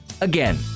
Again